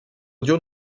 audio